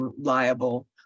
liable